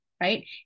right